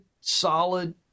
solid